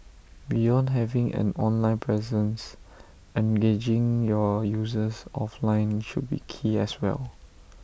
beyond having an online presence engaging your users offline should be key as well